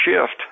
shift